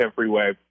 freeway